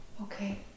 Okay